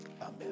amen